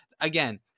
Again